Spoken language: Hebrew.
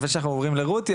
לפני שאנחנו עוברים לרותי.